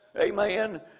amen